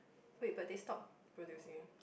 wait but they stop producing